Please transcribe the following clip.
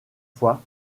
fois